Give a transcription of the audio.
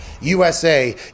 USA